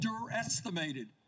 underestimated